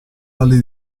dalle